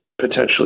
potentially